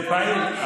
זה פעיל.